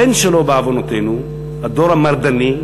הבן שלו, בעוונותינו, הדור המרדני,